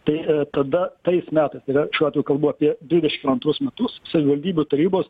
tai tada tais metais tai yra šiuo atveju kalbu apie dvidešim antrus metus savivaldybių tarybos